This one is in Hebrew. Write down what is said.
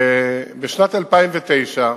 בשנת 2009,